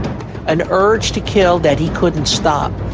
an urge to kill that he couldn't stop.